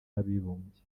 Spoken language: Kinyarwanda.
w’abibumbye